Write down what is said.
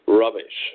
rubbish